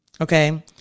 Okay